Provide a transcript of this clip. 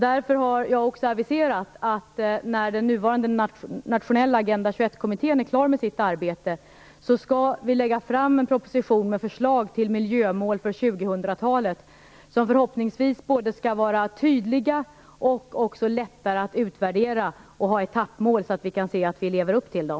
Därför har jag också aviserat, att när den nuvarande nationella Agenda 21-kommittén är klar med sitt arbete skall regeringen lägga fram en proposition med förslag till miljömål för 2000-talet som förhoppningsvis skall vara både tydliga och lättare att utvärdera, och ha etappmål så att vi kan att vi lever upp till dem.